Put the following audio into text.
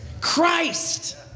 Christ